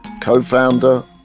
co-founder